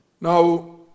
Now